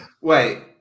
wait